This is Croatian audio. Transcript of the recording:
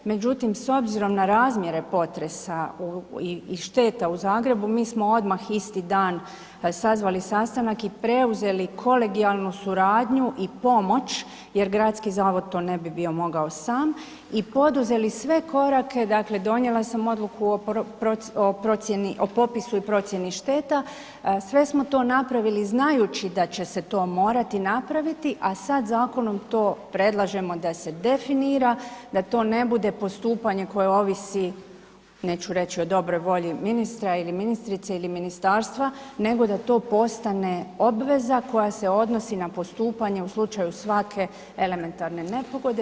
Međutim, s obzirom na razmjere potresa i šteta u Zagrebu, mi smo odmah isti dan sazvali sastanak i preuzeli kolegijalnu suradnju i pomoć jer gradski zavod to ne bi bio mogao sam i poduzeli sve korake, dakle donijela sam odluku o procjeni, o popisu i procjeni šteta, sve smo to napravili znajući da će se to morati napraviti, a sad zakonom to predlažemo da se definira, da to ne bude postupanje koje ovisi, neću reći o dobroj volji ministra ili ministrice ili ministarstva, nego da to postane obveza koja se odnosi na postupanje u slučaju svake elementarne nepogode.